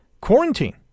quarantine